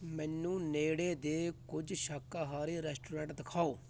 ਮੈਨੂੰ ਨੇੜੇ ਦੇ ਕੁਝ ਸ਼ਾਕਾਹਾਰੀ ਰੈਸਟੋਰੈਂਟ ਦਿਖਾਓ